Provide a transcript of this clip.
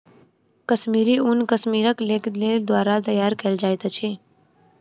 कश्मीरी ऊन कश्मीरक लोक द्वारा तैयार कयल जाइत अछि